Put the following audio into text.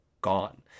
gone